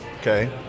Okay